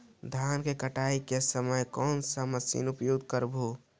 धान की कटाई के समय कोन सा मशीन उपयोग करबू?